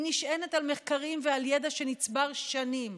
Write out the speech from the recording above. היא נשענת על מחקרים ועל הידע שנצבר שנים.